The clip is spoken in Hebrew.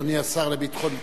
אדוני השר לביטחון פנים,